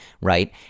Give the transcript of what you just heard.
right